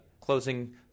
closing